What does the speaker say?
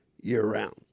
year-round